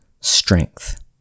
Strength